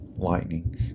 Lightning